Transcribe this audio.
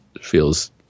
feels